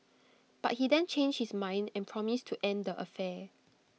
but he then changed his mind and promised to end the affair